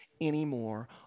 anymore